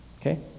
okay